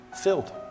filled